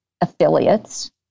affiliates